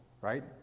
right